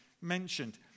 mentioned